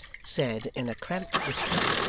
said, in a cramped whisper